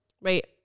Right